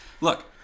look